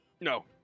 No